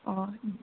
अ